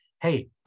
hey